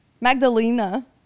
Magdalena